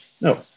No